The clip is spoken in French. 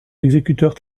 exécuteur